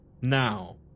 Now